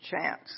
chance